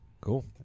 Cool